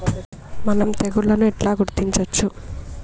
మనం తెగుళ్లను ఎట్లా గుర్తించచ్చు?